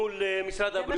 מול משרד הבריאות.